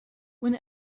when